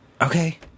okay